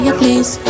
please